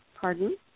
Pardon